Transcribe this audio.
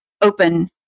open